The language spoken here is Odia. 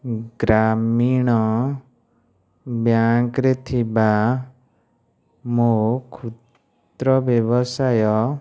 ଗ୍ରାମୀଣ ବ୍ୟାଙ୍କ୍ ରେ ଥିବା ମୋ ଖୁଦ୍ର ବ୍ୟବସାୟ